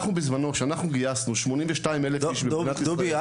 כשאנחנו גייסנו בזמנו 82 אלף איש ממדינת ישראל --- דובי,